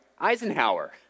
Eisenhower